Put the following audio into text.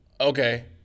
Okay